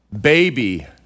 baby